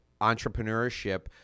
entrepreneurship